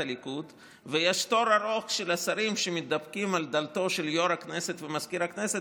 הליכוד ויש תור ארוך של השרים שמידפקים על דלתו של יו"ר הכנסת ומזכיר הכנסת